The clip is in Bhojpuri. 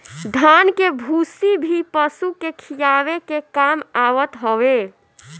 धान के भूसी भी पशु के खियावे के काम आवत हवे